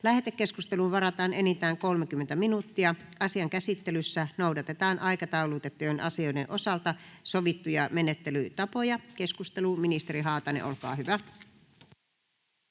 Lähetekeskusteluun varataan enintään 30 minuuttia. Asian käsittelyssä noudatetaan aikataulutettujen asioiden osalta sovittuja menettelytapoja. — Ministeri Haatainen, olkaa hyvä.